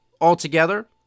altogether